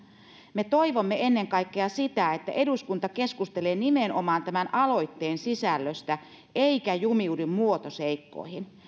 me toivomme ennen kaikkea sitä että eduskunta keskustelee nimenomaan tämän aloitteen sisällöstä eikä jumiudu muotoseikkoihin